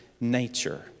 nature